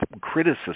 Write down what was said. criticism